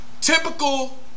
Typical